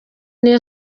niyo